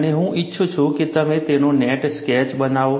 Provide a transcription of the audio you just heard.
અને હું ઇચ્છું છું કે તમે તેનો નેટ સ્કેચ બનાવો